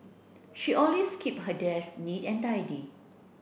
she always keep her desk neat and tidy